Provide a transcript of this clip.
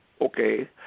okay